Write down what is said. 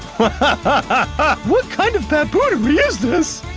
ah what kind of baboonery is this?